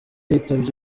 yitabye